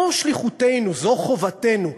זו שליחותנו, זו חובתנו.